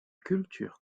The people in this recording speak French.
culture